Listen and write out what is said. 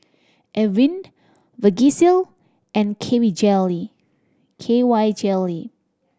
Avene Vagisil and K V Jelly K Y Jelly